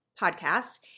podcast